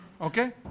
Okay